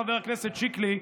חבר הכנסת שיקלי,